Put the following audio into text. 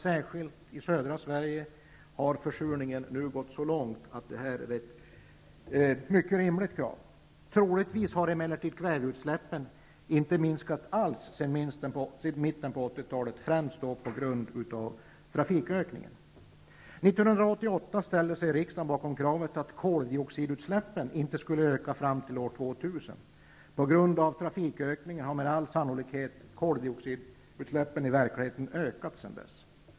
Särskilt i södra Sverige har försurningen nu gått så långt att detta krav är mycket rimligt. Troligtvis har dock kväveutsläppen inte minskat alls sedan mitten på 80-talet, främst på grund av trafikökningen. År 1988 ställde sig riksdagen bakom kravet på att koldioxidutsläppen inte skulle öka fram till år 2000. På grund av trafikökningen har med all sannolikhet koldioxidutsläppen i verkligheten ökat sedan dess.